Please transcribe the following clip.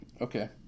okay